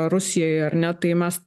rusijai ar ne tai mes